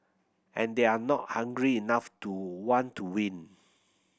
and they're not hungry enough to want to win